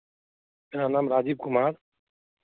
मेरा नाम राजीव कुमार